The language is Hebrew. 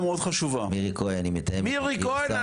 מירי כהן --- מירי כהן,